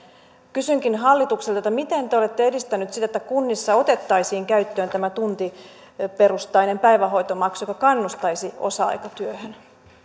kysynkin hallitukselta miten te olette edistäneet sitä että kunnissa otettaisiin käyttöön tämä tuntiperustainen päivähoitomaksu joka kannustaisi osa aikatyöhön